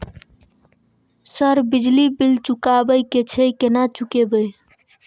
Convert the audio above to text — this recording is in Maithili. सर बिजली बील चुकाबे की छे केना चुकेबे?